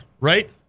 Right